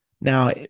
Now